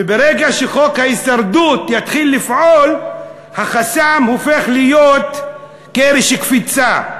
וברגע שחוק ההישרדות יתחיל לפעול החסם הופך להיות קרש קפיצה.